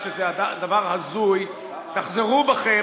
נכון,